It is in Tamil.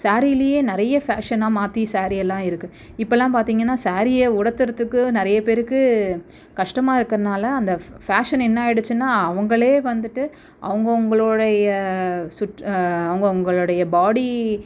சேரீயிலேயே நிறைய ஃபேஷனாக மாற்றி சேரீயெல்லாம் இருக்குது இப்பெல்லாம் பார்த்தீங்கன்னா சேரீயை உடுத்துகிறதுக்கு நிறைய பேருக்கு கஷ்டமாக இருக்கிறதுனால அந்த ஃபே ஃபேஷன் என்ன ஆகிடுச்சின்னா அவர்களே வந்துட்டு அவுங்கவங்களோடைய சுட் அவுங்கவங்களுடைய பாடி